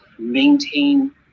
Maintain